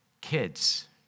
Kids